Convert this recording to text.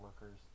workers